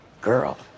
Girl